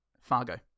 Fargo